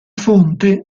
fonte